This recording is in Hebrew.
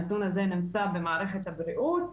הנתון הזה נמצא במערכת הבריאות,